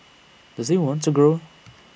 does he want to grow